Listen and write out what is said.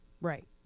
Right